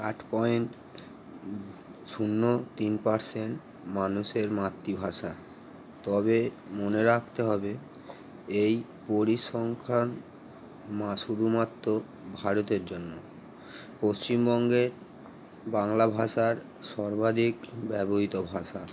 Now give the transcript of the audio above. আট পয়েন্ট শূন্য তিন পার্সেন্ট মানুষের মাতৃভাষা তবে মনে রাখতে হবে এই পরিসংখ্যান মা শুধুমাত্র ভারতের জন্য পশ্চিমবঙ্গের বাংলা ভাষার সর্বাধিক ব্যবহৃত ভাষা